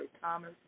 Thomas